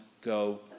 go